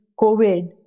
COVID